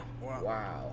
wow